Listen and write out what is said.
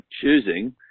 choosing